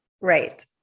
Right